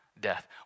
death